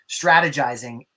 strategizing